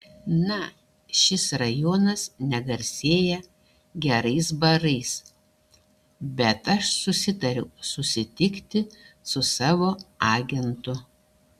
na šis rajonas negarsėja gerais barais bet aš susitariau susitikti su savo agentu